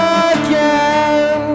again